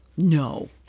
No